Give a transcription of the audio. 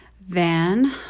van